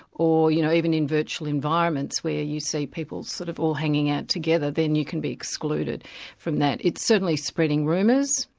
or you know even in virtual environments where you see people sort of all hanging out together, then you can be excluded from that. it's certainly spreading rumours,